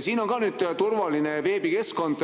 Siin on ka [öeldud, et] turvaline veebikeskkond.